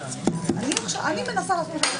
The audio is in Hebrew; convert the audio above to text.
שלום רב, אני מתכבד לפתוח את